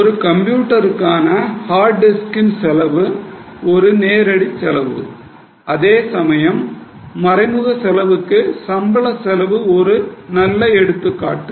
ஒரு கம்ப்யூட்டருக்கான ஹார்ட் டிஸ்கின் செலவு ஒரு நேரடி செலவு அதே சமயம் மறைமுக செலவுக்கு சம்பள செலவு ஒரு நல்ல எடுத்துக்காட்டு